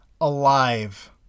alive